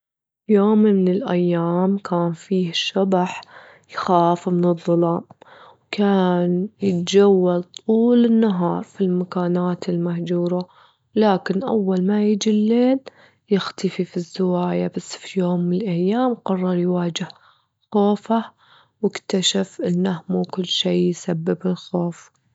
في يوم من الأيام، كان في شبح يخاف من الظلام، وكان يتجول طول النهار في المكانات المهجورة، لكن أول ما يجي الليل يختفي في الزوايا، بس في يوم من الأيام قرر يواجه خوفه واكتشف إنه ما كل شي يسبب الخوف.